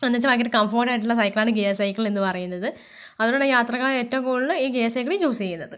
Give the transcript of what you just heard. എന്നുവെച്ചാൽ ഭയങ്കര കംഫർട്ട് ആയിട്ടുള്ള സൈക്കിളാണ് ഗിയർ സൈക്കിൾ എന്നുപറയുന്നത് അതുകൊണ്ടാണ് യാത്രക്കാർ ഏറ്റവും കൂടുതൽ ഈ ഗിയർ സൈക്കിള് ചൂസ് ചെയ്യുന്നത്